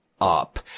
up